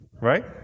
Right